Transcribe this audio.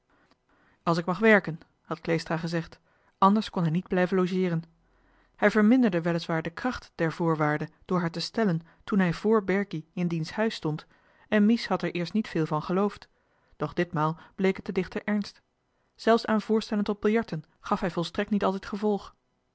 als ik mag werken had kleestra gezegd anders kon hij niet blijven logeeren hij verminderde weliswaar de kracht der voorwaarde door haar te stellen toen hij vr berkie in diens huis stond en mies had er eerst niet veel van geloofd doch ditmaal bleek het den dichter ernst zelfs aan voorstellen tot biljarten gaf hij volstrekt niet altijd gevolg